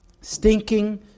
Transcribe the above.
stinking